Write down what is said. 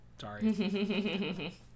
sorry